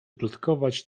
plotkować